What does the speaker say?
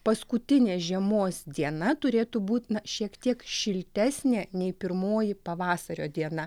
paskutinė žiemos diena turėtų būti na šiek tiek šiltesnė nei pirmoji pavasario diena